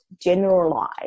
generalize